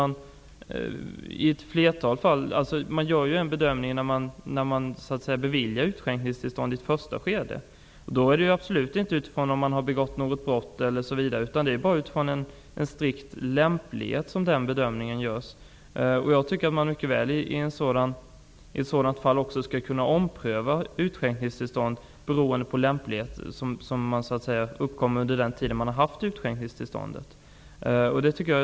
När utskänkningstillstånd beviljas i ett första skede görs bedömningen inte utifrån att brott skulle ha begåtts utan det är endast fråga om en strikt lämplighetsbedömning. Jag tycker att man i ett sådant fall skall kunna ompröva utskänkningstillståndet beroende på lämplighet under den tid som utskänkningstillståndet har funnits.